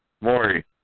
Maury